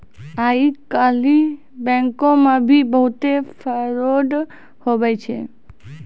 आइ काल्हि बैंको मे भी बहुत फरौड हुवै छै